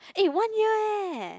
eh one year eh